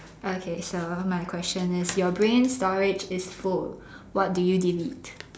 okay so my question is your brain storage is full what do you delete